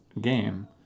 game